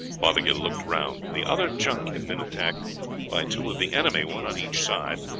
fothergill looked round. the other junk had been attacked by two of the enemy, one on each side,